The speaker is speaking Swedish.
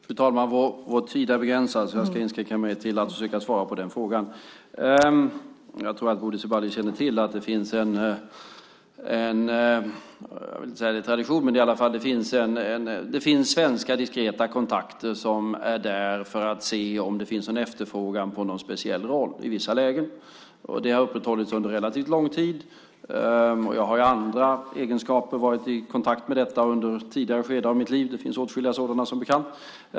Fru talman! Vår tid är begränsad, så jag ska inskränka mig till att försöka svara på den sista frågan. Jag tror att Bodil Ceballos känner till att det finns en - jag vill inte kalla det tradition, men det finns i alla fall svenska diskreta kontakter för att se om det finns en efterfrågan på någon speciell roll i vissa lägen. Det har upprätthållits under relativt lång tid. Jag har i andra egenskaper varit i kontakt med detta under tidigare skeden av mitt liv. Det finns åtskilliga sådana, som bekant.